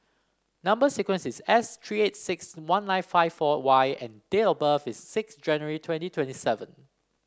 number sequence is S three eight six one nine five four Y and date of birth is six January twenty twenty seven